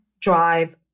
drive